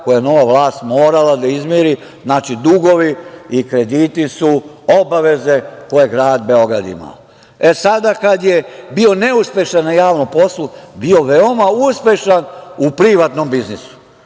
koje je nova vlast morala da izmiri, dugovi i krediti su obaveze koje je Grad Beograd imao.E sada kada je bio neuspešan u javnom poslu, bio je veoma uspešan u privatnom biznisu.